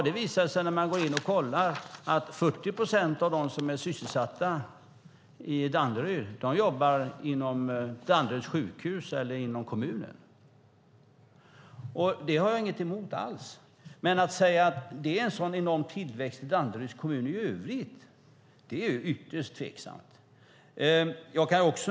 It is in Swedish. Det visar sig när man går in och tittar att 40 procent av dem som är sysselsatta i Danderyd jobbar på Danderyds sjukhus eller inom kommunen. Det har jag alls ingenting emot. Men att säga att det är en sådan enorm tillväxt i Danderyds kommun i övrigt är ytterst tveksamt.